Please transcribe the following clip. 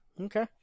okay